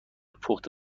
پخت